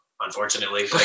unfortunately